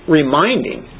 reminding